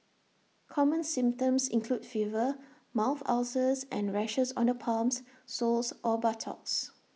common symptoms include fever mouth ulcers and rashes on the palms soles or buttocks